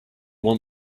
want